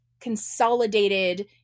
consolidated